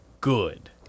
good